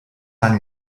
tan